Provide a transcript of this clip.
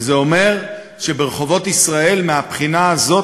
וזה אומר שברחובות ישראל מהבחינה הזאת,